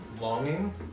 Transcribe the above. longing